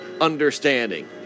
understanding